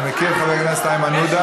אני מכיר את חבר הכנסת איימן עודה.